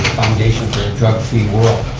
foundation for a drug free world.